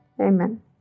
Amen